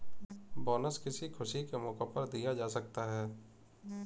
bonus किसी खुशी के मौके पर दिया जा सकता है